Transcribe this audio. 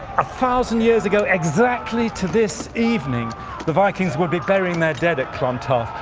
a thousand years ago exactly to this evening the vikings would be burying their dead at clontarf.